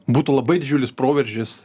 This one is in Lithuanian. būtų labai didžiulis proveržis